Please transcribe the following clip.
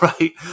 right